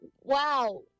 wow